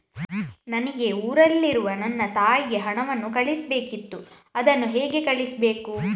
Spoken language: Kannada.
ನನಗೆ ಊರಲ್ಲಿರುವ ನನ್ನ ತಾಯಿಗೆ ಹಣವನ್ನು ಕಳಿಸ್ಬೇಕಿತ್ತು, ಅದನ್ನು ಹೇಗೆ ಕಳಿಸ್ಬೇಕು?